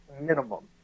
minimum